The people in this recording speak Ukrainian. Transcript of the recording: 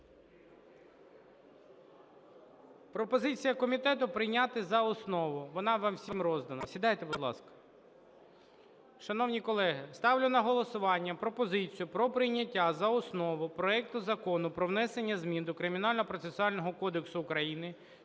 Пропозиція комітету прийняти за основу, вона вам усім роздана. Сідайте, будь ласка. Шановні колеги, ставлю на голосування пропозицію про прийняття за основу проекту Закону про внесення змін до Кримінального процесуального кодексу України